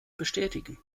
bestätigen